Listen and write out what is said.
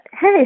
hey